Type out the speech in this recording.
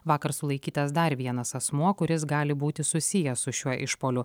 vakar sulaikytas dar vienas asmuo kuris gali būti susijęs su šiuo išpuoliu